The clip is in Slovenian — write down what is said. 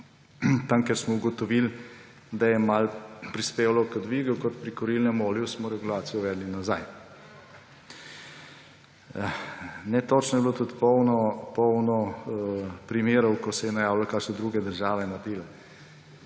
tam, kjer smo ugotovili, da je malo prispevalo k dvigu, kot pri kurilnem olju, smo regulacijo uvedli nazaj. Netočnih je bilo tudi polno primerov, ko se je najavilo, kaj so druge države naredile.